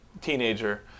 teenager